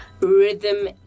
rhythm